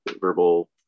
verbal